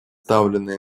представленный